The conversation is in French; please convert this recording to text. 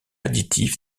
additif